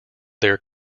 their